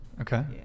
Okay